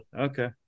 Okay